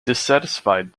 dissatisfied